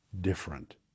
different